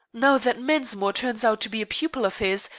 now that mensmore turns out to be a pupil of his,